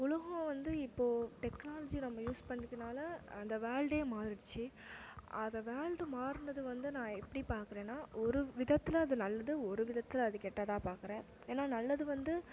உலகம் வந்து இப்போ டெக்னாலஜி நம்ம யூஸ் பண்ணிக்கிறனால அந்த வேர்ல்ட்டே மாறிடிச்சி அதை வேர்ல்ட்டும் மாறுனது வந்து நான் எப்படி பார்க்கிறேனா ஒரு விதத்தில் அது நல்லது ஒரு விதத்தில் அது கெட்டதாக பார்க்குறேன் ஏன்னா நல்லது வந்து